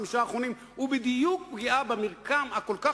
חמישה הימים האחרונים הוא בדיוק פגיעה במרקם הכל-כך